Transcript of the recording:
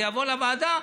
זה יבוא לוועדה,